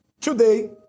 today